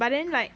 but then like